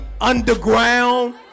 Underground